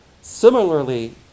Similarly